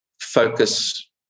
focus